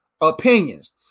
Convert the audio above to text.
opinions